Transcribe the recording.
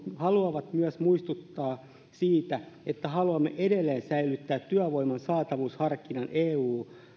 haluavat myös muistuttaa siitä että haluamme edelleen säilyttää työvoiman saatavuusharkinnan eu